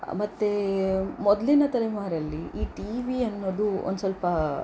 ಮತ್ತು ಮೊದಲಿನ ತಲೆಮಾರಲ್ಲಿ ಈ ಟಿವಿ ಅನ್ನೋದು ಒಂದು ಸ್ವಲ್ಪ